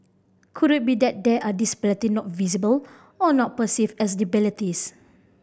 could it be that there are disability not visible or not perceived as disabilities